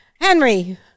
Henry